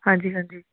ਹਾਂਜੀ ਹਾਂਜੀ